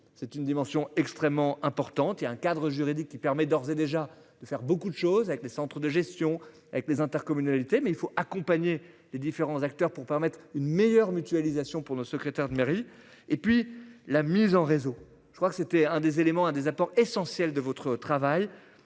c'est une dimension extrêmement importante et un cadre juridique qui permet d'ores et déjà de faire beaucoup de choses avec des centres de gestion avec les intercommunalités. Mais il faut accompagner les différents acteurs pour permettre une meilleure mutualisation. Pour le secrétaire de mairie et puis la mise en réseau. Je crois que c'était un des éléments un des apports essentiels de votre travail,